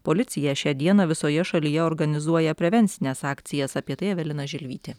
policija šią dieną visoje šalyje organizuoja prevencines akcijas apie tai evelina želvytė